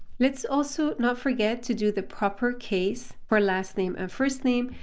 let's also not forget to do the proper case for last name and first name.